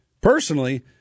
Personally